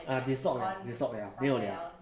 ah dislock liao dislock liao 没有 liao